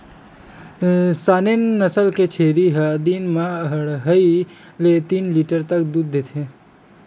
Saanen नसल के छेरी ह दिन म अड़हई ले तीन लीटर तक दूद देथे